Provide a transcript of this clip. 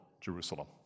Jerusalem